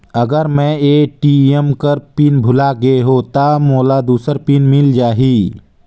अगर मैं ए.टी.एम कर पिन भुलाये गये हो ता मोला दूसर पिन मिल जाही?